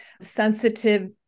sensitive